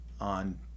on